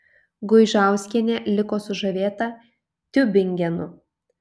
guižauskienė liko sužavėta tiubingenu